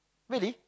really